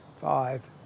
five